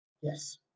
yes